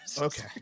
okay